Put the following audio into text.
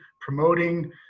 promoting